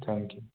thank you